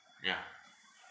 ya